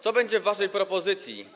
Co będzie w waszej propozycji?